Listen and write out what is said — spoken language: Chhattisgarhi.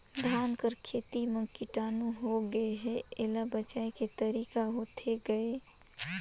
धान कर खेती म कीटाणु होगे हे एला बचाय के तरीका होथे गए?